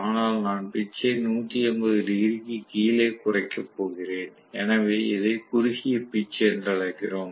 ஆனால் நான் பிட்ச் ஐ 180 டிகிரிக்கு கீழே குறைக்கப் போகிறேன் எனவே இதை குறுகிய பிட்ச் என்று அழைக்கிறோம்